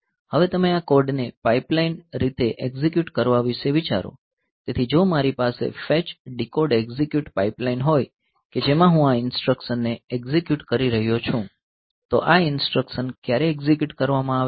હવે તમે આ કોડને પાઈપલાઈન રીતે એક્ઝિક્યુટ કરવા વિશે વિચારો તેથી જો મારી પાસે ફેચ ડીકોડ એક્ઝિક્યુટ પાઇપલાઇન હોય કે જેમાં હું આ ઇન્સટ્રકશનને એક્ઝિક્યુટ કરી રહ્યો છું તો આ ઇન્સટ્રકશન ક્યારે એક્ઝિક્યુટ કરવામાં આવે છે